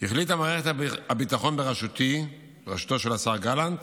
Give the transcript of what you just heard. החליטה מערכת הביטחון בראשותו של השר גלנט